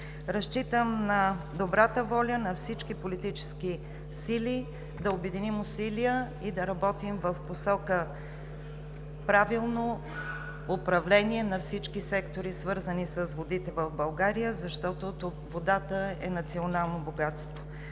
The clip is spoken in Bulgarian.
Разчитам на добрата воля на всички политически сили да обединим усилия и да работим в посока правилно управление на всички сектори, свързани с водите в България, защото тук водата е национално богатство.